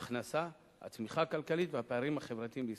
ההכנסה, התמיכה הכלכלית והפערים החברתיים בישראל.